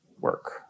work